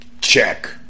check